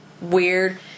weird